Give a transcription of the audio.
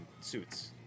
suits